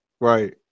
Right